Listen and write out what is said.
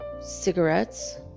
cigarettes